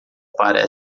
para